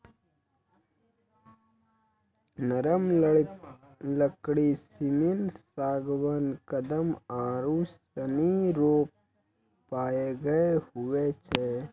नरम लकड़ी सिमल, सागबान, कदम आरू सनी रो प्रयोग हुवै छै